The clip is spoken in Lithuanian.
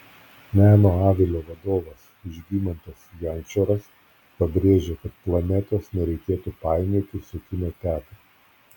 meno avilio vadovas žygimantas jančoras pabrėžė kad planetos nereikėtų painioti su kino teatru